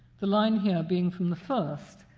the line here being from the first,